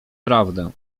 prawdę